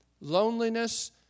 Loneliness